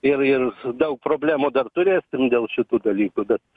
ir ir daug problemų dar turėsim dėl šitų dalykų bet